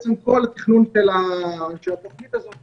שבעצם כל התכנון של התוכנית הזאת